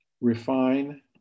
refine